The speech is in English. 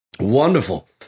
wonderful